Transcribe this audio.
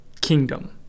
kingdom